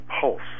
pulse